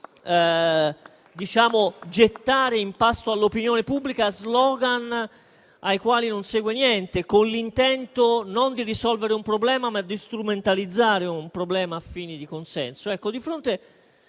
a gettare in pasto all'opinione pubblica *slogan* ai quali non segue niente, con l'intento non di risolvere un problema, ma di strumentalizzarlo a fini di consenso